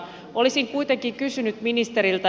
olisin kuitenkin kysynyt ministeriltä